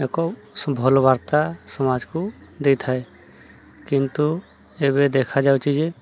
ଏକ ଭଲ ବାର୍ତ୍ତା ସମାଜକୁ ଦେଇଥାଏ କିନ୍ତୁ ଏବେ ଦେଖାାଯାଉଛି ଯେ